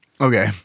Okay